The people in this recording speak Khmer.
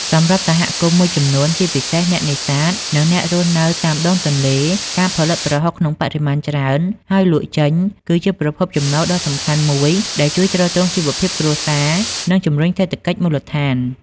សម្រាប់សហគមន៍មួយចំនួន ជាពិសេសអ្នកនេសាទ និងអ្នករស់នៅតាមដងទន្លេ ការផលិតប្រហុកក្នុងបរិមាណច្រើន ហើយលក់ចេញ គឺជាប្រភពចំណូលដ៏សំខាន់មួយដែលជួយទ្រទ្រង់ជីវភាពគ្រួសារ និងជំរុញសេដ្ឋកិច្ចមូលដ្ឋាន។